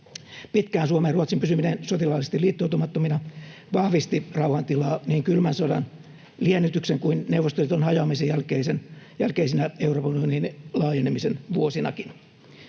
Pitkään Suomen ja Ruotsin pysyminen sotilaallisesti liittoutumattomina vahvisti rauhantilaa niin kylmän sodan liennytyksen kuin Neuvostoliiton hajoamisenkin jälkeisinä Euroopan unionin laajenemisen vuosina.